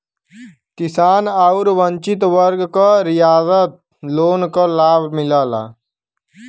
किसान आउर वंचित वर्ग क रियायत लोन क लाभ मिलला